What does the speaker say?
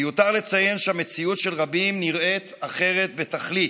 מיותר לציין שהמציאות של רבים נראית אחרת בתכלית: